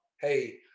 Hey